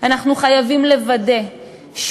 הריני להודיעכם,